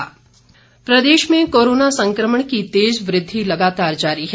Himachal corona Pradesh में corona संक्रमण की तेज वृद्धि लगातार जारी है